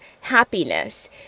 happiness